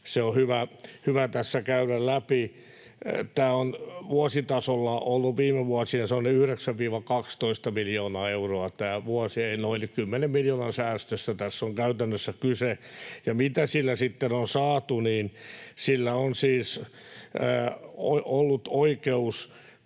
se on hyvä tässä käydä läpi. Tämä on vuositasolla ollut viime vuosina sellainen 9—12 miljoonaa euroa, eli noin 10 miljoonan säästöstä tässä on käytännössä kyse. Mitä sillä sitten on saatu, niin sillä on siis ollut oikeus